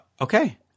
okay